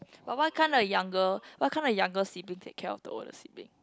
but what kind of younger what kind of younger sibling take care of the older sibling